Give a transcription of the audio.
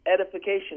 edification